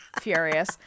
furious